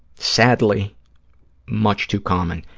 sadly much too common.